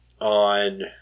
on